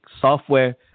software